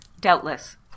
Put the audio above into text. Doubtless